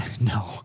No